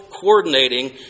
coordinating